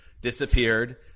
disappeared